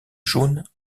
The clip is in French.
jaune